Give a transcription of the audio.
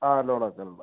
ആ ലോണാണ് തരുമ്പോൾ